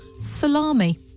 salami